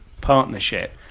Partnership